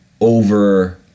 over